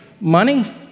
Money